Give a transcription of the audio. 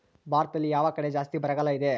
ಭಾರತದಲ್ಲಿ ಯಾವ ಕಡೆ ಜಾಸ್ತಿ ಬರಗಾಲ ಇದೆ?